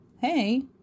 hey